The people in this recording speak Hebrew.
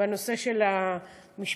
בנושא של המשפחה.